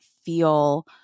Feel